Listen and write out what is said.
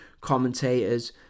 commentators